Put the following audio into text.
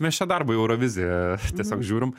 mes čia darbui euroviziją tiesiog žiūrim